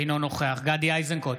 אינו נוכח גדי איזנקוט,